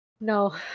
no